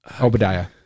Obadiah